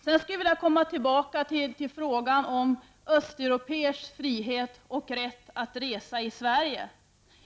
Jag skulle vilja komma tillbaka till frågan om östeuropéers frihet och rätt att resa i Sverige.